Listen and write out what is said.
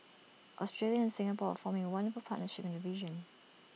Australia and Singapore forming A wonderful partnership in the region